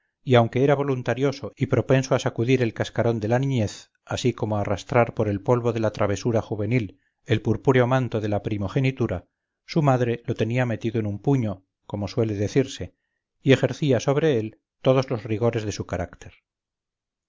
y aunque era voluntarioso y propenso a sacudir el cascarón de la niñez así como a arrastrar por el polvo de la travesura juvenil el purpúreo manto de la primogenitura su madre lo tenía metido en un puño como suele decirse y ejercía sobre él todos los rigores de su carácter